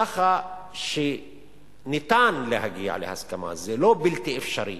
ככה שניתן להגיע להסכמה, זה לא בלתי אפשרי.